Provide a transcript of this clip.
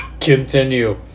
Continue